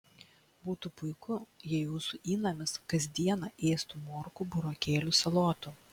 būtų puiku jei jūsų įnamis kas dieną ėstų morkų burokėlių salotų